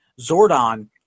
Zordon –